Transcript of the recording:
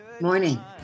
Morning